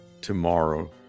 tomorrow